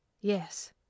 Yes